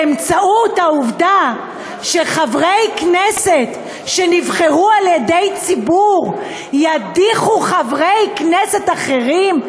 באמצעות העובדה שחברי כנסת שנבחרו על-ידי ציבור ידיחו חברי כנסת אחרים.